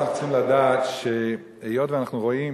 אנחנו צריכים לדעת שהיות שאנחנו רואים